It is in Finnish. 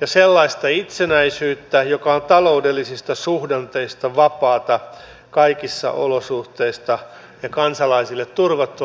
ja sellaista itsenäisyyttä joka on taloudellisista suhdanteista vapaata kaikissa olosuhteissa ja kansalaisille turvattua varallisuudesta riippumatta